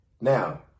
Now